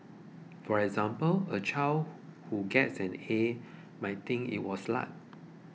for example a child who gets an A may think it was luck